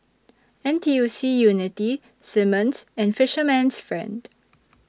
N T U C Unity Simmons and Fisherman's Friend